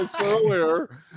earlier